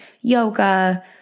yoga